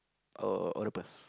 oh octopus